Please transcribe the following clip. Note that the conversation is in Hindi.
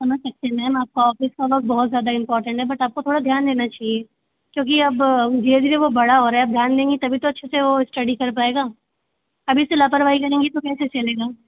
समझ सकती हूँ मैम आपका ऑफिस वर्क बहुत ज़्यादा इम्पोर्टेन्ट है बट आपको थोड़ा ध्यान देना चाहिए क्योंकि अब धीरे धीरे वो बड़ा हो रहा है अब ध्यान देंगी तभी तो अच्छे से वो स्टडी कर पाएगा अभी से लापरवाही करेंगी तो कैसे चलेगा